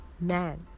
Man